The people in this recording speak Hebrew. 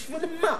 בשביל מה?